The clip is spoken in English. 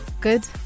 good